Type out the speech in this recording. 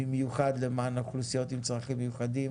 במיוחד למען אוכלוסיות עם צרכים מיוחדים